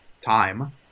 time